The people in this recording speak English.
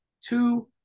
two